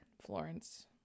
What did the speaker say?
florence